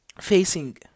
facing